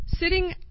Sitting